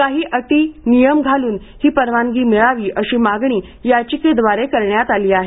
काही अटी नियम घालून ही परवानगी मिळावी अशी मागणी याचिकेद्वारे करण्यात आली आहे